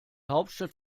hauptstadt